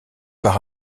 par